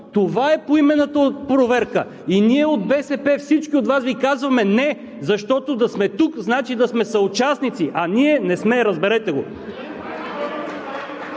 Това е поименната проверка и ние от БСП на всички Вас Ви казваме: „Не!“, защото да сме тук, значи да сме съучастници, а ние не сме, разберете го!